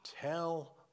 Tell